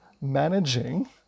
managing